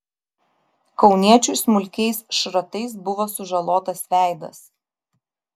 kauniečiui smulkiais šratais buvo sužalotas veidas